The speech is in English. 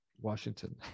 Washington